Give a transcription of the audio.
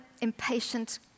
impatient